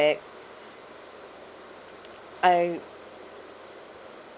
I